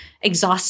exhaust